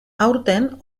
aurten